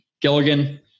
Gilligan